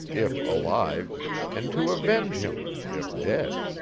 if alive and to avenge him, if dead.